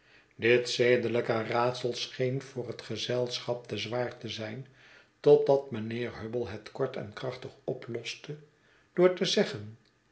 dit zedelijke raadsel scheen voor het gezelschap te zwaar te zijn totdat mijnheer hubble het kort en krachtig oploste door te zeggen